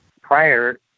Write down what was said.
prior